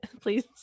please